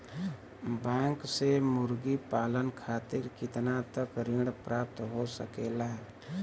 Bank से मुर्गी पालन खातिर कितना तक ऋण प्राप्त हो सकेला?